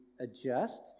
adjust